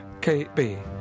KB